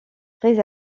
très